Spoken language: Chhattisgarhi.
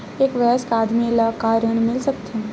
एक वयस्क आदमी ल का ऋण मिल सकथे?